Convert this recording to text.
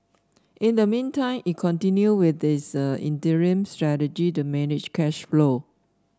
in the meantime it continued with its interim strategy to manage cash flow